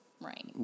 Right